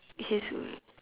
his